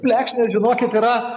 plekšnė žinokit yra